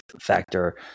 factor